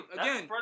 again